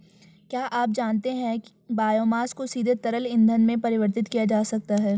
क्या आप जानते है बायोमास को सीधे तरल ईंधन में परिवर्तित किया जा सकता है?